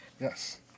Yes